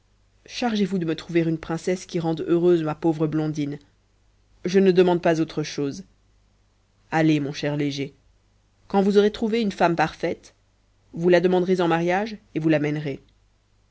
chargez-vous de me trouver une princesse qui rende heureuse ma pauvre blondine je ne demande pas autre chose allez mon cher léger quand vous aurez trouvé une femme parfaite vous la demanderez en mariage et vous l'amènerez